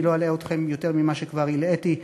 אני לא אלאה אתכם יותר ממה שכבר הלאיתי,